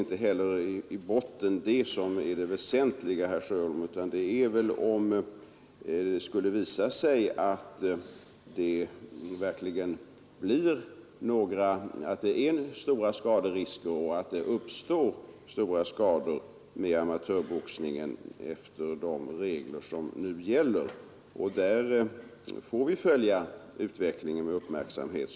Det väsentligaste, herr Sjöholm, är ändå frågan om det skulle visa sig att det föreligger stora skaderisker och att det uppstår svåra skador vid amatörboxningen, bedriven efter de regler som nu gäller. I det avseendet skall vi som sagt följa utvecklingen med uppmärksamhet.